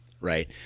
Right